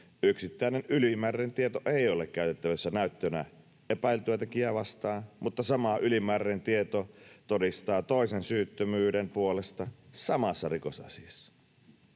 yksittäinen ylimääräinen tieto ei ole käytettävissä näyttönä epäiltyä tekijää vastaan mutta sama ylimääräinen tieto todistaa toisen syyttömyyden puolesta samassa rikosasiassa.